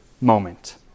moment